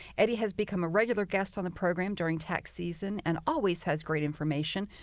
eddie has become a regular guest on the program during tax season and always has great information.